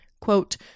quote